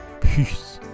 Peace